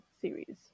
series